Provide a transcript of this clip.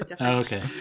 okay